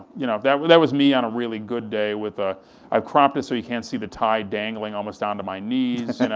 you know that that was me on a really good day. ah i cropped it so you can't see the tie dangling almost down to my knees, you know,